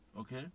okay